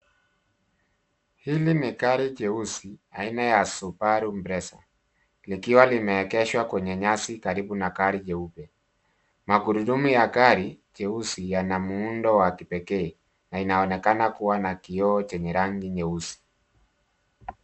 Hili ni gari jeusi aina ya Subaru Impresser, likiwa limeegeshwa kwenye nyasi karibu na gari jeupe. Magurudumu ya gari jeusi, yana muundo ya kipekee na inaonekana kuwa na kioo chenye rangi nyeusi.